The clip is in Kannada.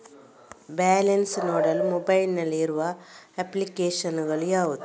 ಬ್ಯಾಲೆನ್ಸ್ ನೋಡಲು ಮೊಬೈಲ್ ನಲ್ಲಿ ಇರುವ ಅಪ್ಲಿಕೇಶನ್ ಗಳು ಯಾವುವು?